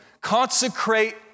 Consecrate